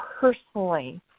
personally